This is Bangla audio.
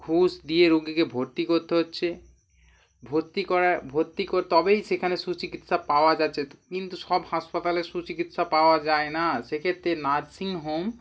ঘুষ দিয়ে রোগীকে ভর্তি করতে হচ্ছে ভর্তি করা ভর্তি করে তবেই সেখানে সুচিকিৎসা পাওয়া যাচ্ছে কিন্তু সব হাসপাতালে সুচিকিৎসা পাওয়া যায় না সে ক্ষেত্রে নার্সিং হোম